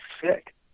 sick